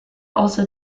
also